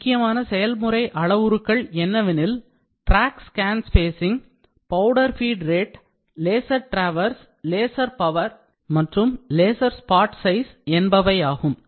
முக்கியமான செயல்முறை அளவுருக்கள் என்னவெனில் tracks scan spacing powder feed rate laser traverse laser power மற்றும் laser spot size என்பவையாகும்